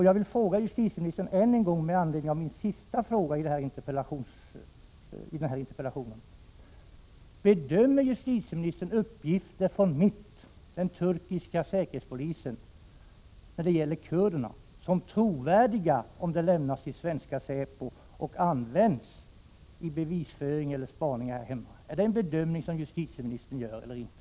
Jag vill fråga justitieministern ännu en gång med anledning av den sista frågan i min interpellation: Bedömer justitieministern uppgifter från MIT, turkiska säkerhetspolisen, om kurderna som trovärdiga ifall de lämnas till svenska säpo och används vid bevisföring eller spaning här hemma? Är det en bedömning som justitieministern gör eller inte?